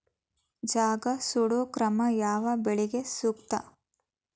ಜಗಾ ಸುಡು ಕ್ರಮ ಯಾವ ಬೆಳಿಗೆ ಸೂಕ್ತ?